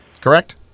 correct